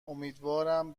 امیدوارم